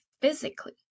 physically